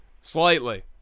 Slightly